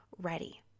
ready